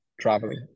traveling